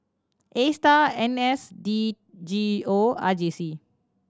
Astar N S D G O R J C